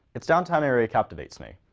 it's downtown area captivates me.